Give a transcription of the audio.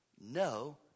No